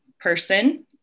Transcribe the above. person